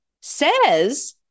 says